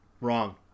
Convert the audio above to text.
Wrong